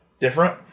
different